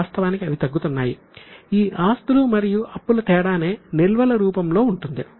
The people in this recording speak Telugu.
వాస్తవానికి అవి తగ్గుతున్నాయి ఈ ఆస్తులు మరియు అప్పుల తేడానే నిల్వల రూపంలో ఉంటుంది